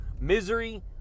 misery